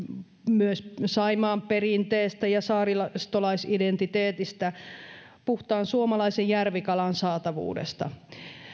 myös saimaan perinteestä ja saaristolaisidentiteetistä puhtaan suomalaisen järvikalan saatavuudesta